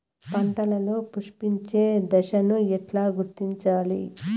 పంటలలో పుష్పించే దశను ఎట్లా గుర్తించాలి?